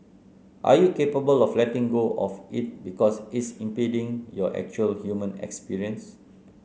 are you capable of letting go of it because it's impeding your actual human experience